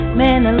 man